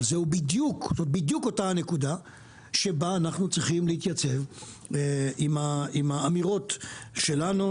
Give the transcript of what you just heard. אבל זהו בדיוק אותה נקודה שבה אנחנו צריכים להתייצב עם האמירות שלנו,